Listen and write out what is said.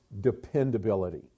dependability